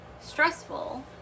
stressful